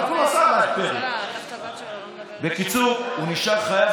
בוא נתחיל: